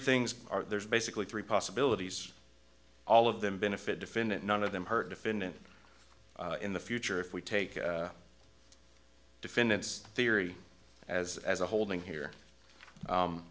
things are there's basically three possibilities all of them benefit defendant none of them hurt defendant in the future if we take a defendant's theory as as a holding here